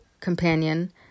companion